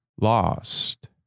Lost